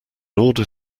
order